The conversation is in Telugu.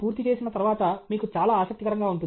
పూర్తి చేసిన తర్వాత మీకు చాలా ఆసక్తికరంగా ఉంటుంది